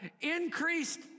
Increased